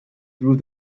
through